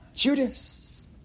Judas